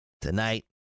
tonight